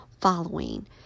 following